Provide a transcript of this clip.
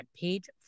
page